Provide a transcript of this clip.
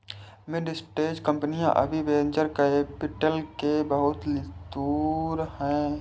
mid stage कंपनियां अभी venture capital के लिए बहुत दूर हैं